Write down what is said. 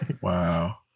Wow